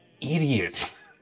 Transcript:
idiot